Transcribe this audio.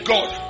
God